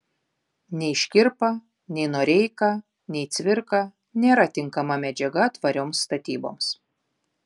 nei škirpa nei noreika nei cvirka nėra tinkama medžiaga tvarioms statyboms